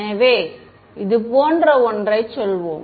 எனவே இதுபோன்ற ஒன்றைச் சொல்வோம்